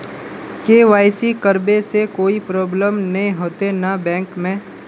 KYC करबे से कोई प्रॉब्लम नय होते न बैंक में?